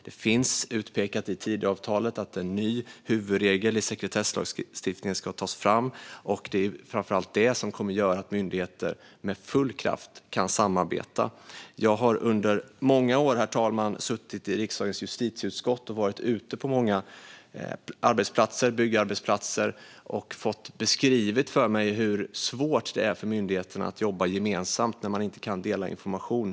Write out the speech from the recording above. Det finns utpekat i Tidöavtalet att en ny huvudregel i sekretesslagstiftningen ska tas fram, och det är framför allt detta som kommer att göra att myndigheter kan samarbeta med full kraft. Herr talman! Jag har under många år suttit i riksdagens justitieutskott och har varit ute på många byggarbetsplatser. Jag har fått beskrivet för mig hur svårt det är för myndigheterna att jobba gemensamt när de inte kan dela information.